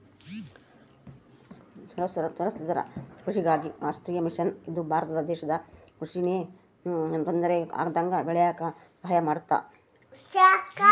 ಸುಸ್ಥಿರ ಕೃಷಿಗಾಗಿ ರಾಷ್ಟ್ರೀಯ ಮಿಷನ್ ಇದು ಭಾರತ ದೇಶದ ಕೃಷಿ ನ ಯೆನು ತೊಂದರೆ ಆಗ್ದಂಗ ಬೇಳಿಯಾಕ ಸಹಾಯ ಮಾಡುತ್ತ